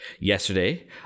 Yesterday